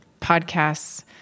podcasts